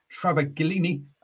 Travaglini